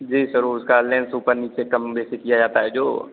जी sir उसका lens ऊपर नीचे कम बेसी किया जाता है जो